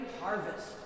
harvest